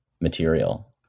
material